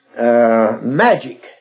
magic